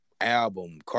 album